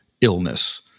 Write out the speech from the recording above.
illness